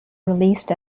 released